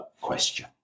question